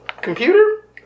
computer